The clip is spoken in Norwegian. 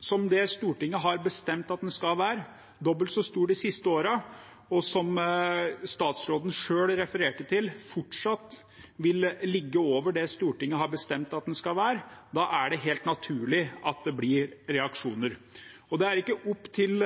som det Stortinget har bestemt at den skal være, og, som statsråden selv refererte til, fortsatt vil ligge over det Stortinget har bestemt at den skal være, er det helt naturlig at det blir reaksjoner. Det er ikke opp til